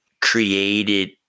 created